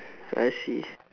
I see